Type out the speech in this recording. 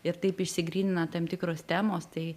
ir taip išsigrynina tam tikros temos tai